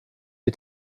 die